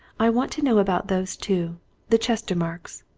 i want to know about those two the chestermarkes.